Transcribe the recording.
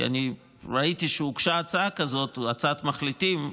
כי אני ראיתי שהוגשה הצעת מחליטים כזאת,